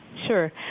Sure